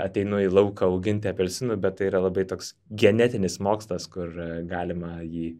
ateinu į lauką auginti apelsinų bet tai yra labai toks genetinis mokslas kur galima jį